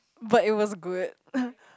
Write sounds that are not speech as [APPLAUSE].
but it was good [BREATH]